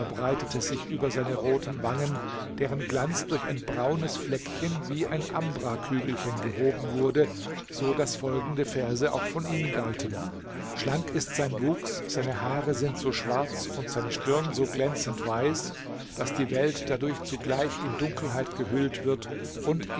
verbreitete sich über seine roten wangen deren glanz durch ein braunes fleckchen wie ein ambrakügelchen gehoben wurde so daß folgende verse auch von ihm galten schlank ist sein wuchs seine haare sind so schwarz und seine stirn so glänzend weiß daß die welt dadurch zugleich in dunkelheit gehüllt wird und